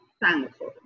thankful